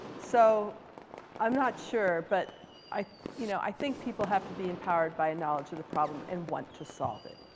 so i'm not sure, but i you know i think people have to be empowered by knowledge of the problem and want to solve it.